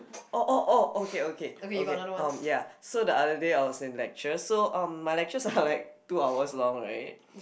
w~ oh oh oh okay okay okay um ya so that day I was in lecture so um my lectures are like two hours long right